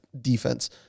defense